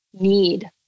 need